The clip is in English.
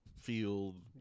field